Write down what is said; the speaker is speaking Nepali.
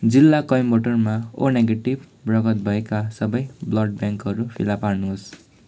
जिल्ला कोइम्बतुरमा ओ नेगेटिभ रगत भएका सबै ब्लड ब्याङ्कहरू फेला पार्नुहोस्